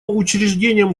учреждением